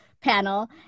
panel